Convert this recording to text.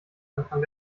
anfang